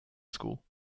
school